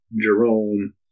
Jerome